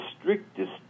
strictest